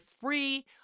free